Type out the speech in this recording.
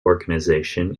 organization